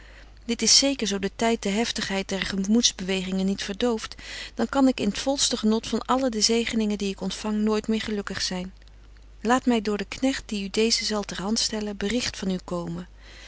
dit is zeker zo de tyd de heftigheid der gemoedsbewegingen niet verdooft dan kan ik in t volste genot van alle de zegeningen die ik ontfang nooit meer gelukkig zyn laat my door den knegt die u deezen zal ter hand stellen bericht van u komen